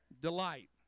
delight